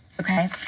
okay